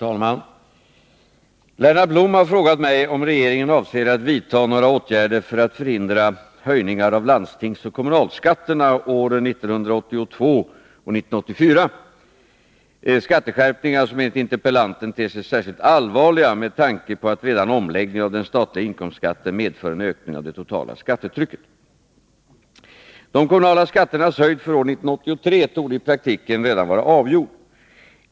Herr talman! Lennart Blom har frågat mig om regeringen avser att vidta några åtgärder för att förhindra höjningar av landstingsoch kommunalskatterna åren 1982 och 1984, skatteskärpningar som enligt interpellanten ter sig särskilt allvarliga med tanke på att redan omläggningen av den statliga inkomstskatten medför en ökning av det totala skattetrycket. De kommunala skatternas höjd för år 1983 torde i praktiken redan vara avgjord.